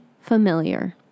familiar